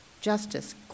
justice